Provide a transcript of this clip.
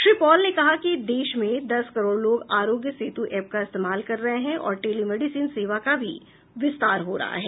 Shri Paul ने कहा कि देश में दस करोड़ लोग आरोग्य सेतु ऐप का इस्तेमाल कर रहे हैं और टेली मेडिसिन सेवा का भी विस्तार हो रहा है